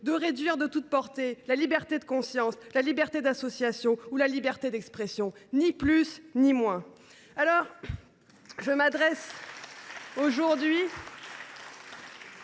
de réduire de toute portée la liberté de conscience, la liberté d’association ou la liberté d’expression. Ni plus ni moins